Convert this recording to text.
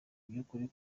by’ukuri